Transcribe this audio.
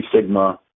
Sigma